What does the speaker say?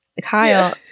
Kyle